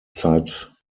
zeit